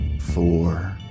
four